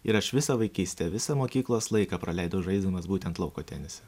ir aš visą vaikystę visą mokyklos laiką praleidau žaisdamas būtent lauko tenisą